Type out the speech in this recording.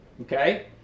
Okay